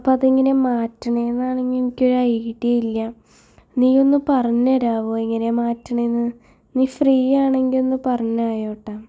അപ്പോൾ അതെങ്ങനെ മറ്റാണെന്നാണെങ്കിൽ എനിക്കൊരായിഡില്ല നീ ഒന്ന് പറഞ്ഞേരവ്വോ എങ്ങനെയാണ് മാറ്റാണതിന് നീ ഫ്രീ ആണെങ്കിൽ ഒന്ന് പറഞ്ഞയോട്ട